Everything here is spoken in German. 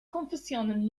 konfessionen